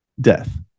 death